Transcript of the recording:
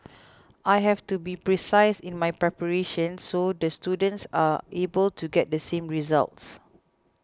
I have to be precise in my preparations so the students are able to get the same results